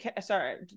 sorry